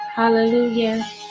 Hallelujah